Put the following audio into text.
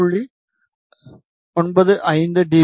95 D